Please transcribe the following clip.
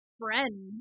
friend